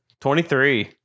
23